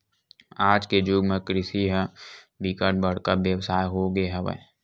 आज के जुग म कृषि ह बिकट बड़का बेवसाय हो गे हवय